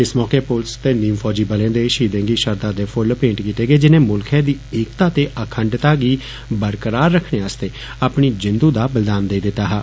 इस मौके पुलिस ते नीम फौजी बलें दे शहीदें गी श्रद्दा दे फुल्ल मेंट कीते गे जिनें मुल्खें दी एकता ते अखण्डता गी बरकरार रखने आस्तै अपनी जिन्दु दा बलिदान देई दिता हा